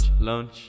lunch